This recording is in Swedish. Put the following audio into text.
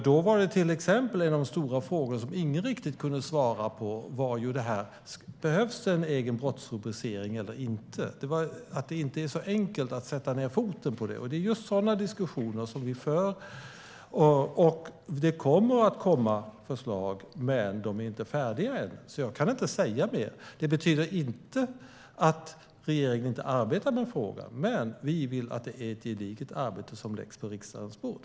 Då var till exempel en av de stora frågor som ingen riktigt kunde svara på: Behövs det en egen brottsrubricering eller inte? Det är inte så enkelt att sätta ned foten. Det är just sådana diskussioner som vi för. Det kommer att komma förslag, men de är inte färdiga än. Jag kan inte säga mer. Det betyder inte att regeringen inte arbetar med frågan. Men vi vill att det är ett gediget arbete som läggs på riksdagens bord.